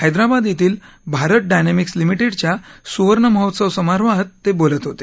हैदराबाद येथील भारत डायनश्रिक्स लिमिटेडच्या सुवर्ण महोत्सव समारोहात ते बोलत होते